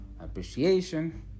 appreciation